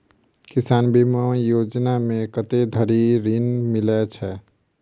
किसान बीमा योजना मे कत्ते धरि ऋण मिलय छै?